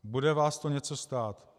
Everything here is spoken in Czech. Bude vás to něco stát.